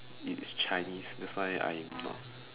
it's chinese that's why I not